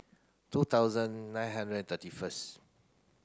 two thousand nine hundred and thirty first